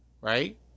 right